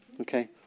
Okay